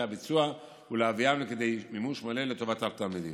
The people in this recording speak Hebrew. הביצוע ולהביאם לכדי מימוש מלא לטובת התלמידים.